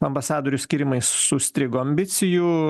ambasadorių skyrimais sustrigo ambicijų